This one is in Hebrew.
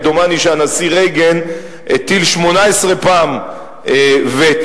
דומני שהנשיא רייגן הטיל 18 פעם וטו.